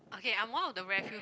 okay I'm one of the rare few